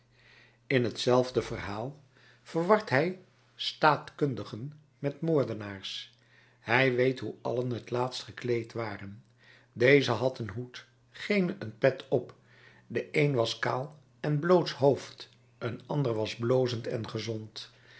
in hetzelfde verhaal verwart hij staatkundigen met moordenaars hij weet hoe allen het laatst gekleed waren deze had een hoed gene een pet op de een was kaal en blootshoofd een ander was blozend en gezond